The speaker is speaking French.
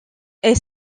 est